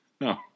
No